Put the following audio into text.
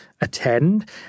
attend